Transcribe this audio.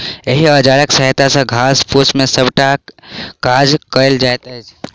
एहि औजारक सहायता सॅ घास फूस के समेटबाक काज कयल जाइत अछि